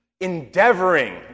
Endeavoring